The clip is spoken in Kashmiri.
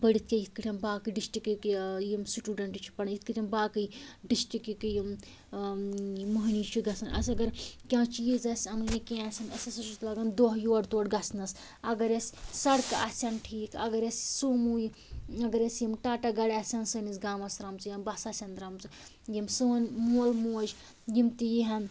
پٔڑِھتھ کیٚنٛہہ یِتھ کٲٹھۍ باقٕے ڈِسٹکٕکۍ ٲں یِم سِٹوٗڈنٛٹ چھِ پَران یِتھ کٲٹھۍ باقٕے ڈسٹکٕکۍ یِم ٲں مٔہنی چھِ گَژھان اسہِ اگر کیٚنٛہہ چیٖز آسہِ اَنُن یا کیٚنٛہہ آسہِ انُن اسہِ ہَسا چھُ لگان دۄہ یورٕ تورٕ گژھنَس اگر اسہِ سڑکہٕ آسیٚن ٹھیٖک اگر اسہِ سومو اگر اسہِ یِم ٹاٹا گاڑِ آسہِ ہان سٲنِس گامس ترٛامژٕ یا بسہٕ آسیٚن ترٛامژٕ یِم سون مول موج یِم تہِ یِی ہان